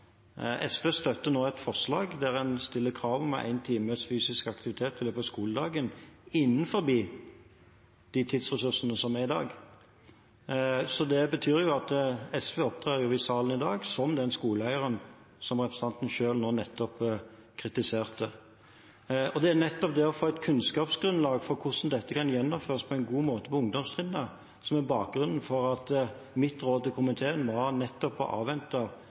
SV støtter nå et forslag der en stiller krav om én times fysisk aktivitet i løpet av skoledagen innenfor de tidsressursene som er i dag. Det betyr at SV opptrer i salen i dag som den skoleeieren som representanten selv kritiserte. Det er nettopp det å få et kunnskapsgrunnlag for hvordan dette kan gjennomføres på en god måte på ungdomstrinnet, som er bakgrunnen for at mitt råd til komiteen var å avvente